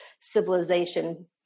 civilization